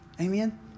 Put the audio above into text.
Amen